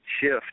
shift